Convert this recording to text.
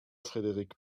frédéric